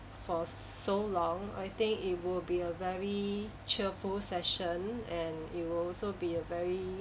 for so long I think it will be a very cheerful session and it will also be a very